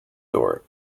door